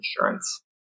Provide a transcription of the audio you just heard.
insurance